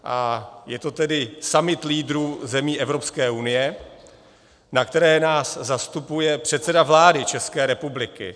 A je to tedy summit lídrů zemí Evropské unie, na kterém nás zastupuje předseda vlády České republiky.